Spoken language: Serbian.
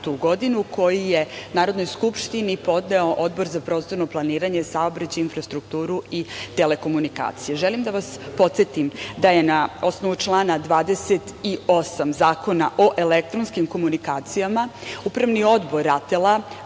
godinu, koji je Narodnoj skupštini podneo Odbor za prostorno planiranje, saobraćaj, infrastrukturu i telekomunikacije. Želim da vas podsetim da je na osnovu člana 28. Zakona o elektronskim komunikacijama, Upravni odbor RATEL-a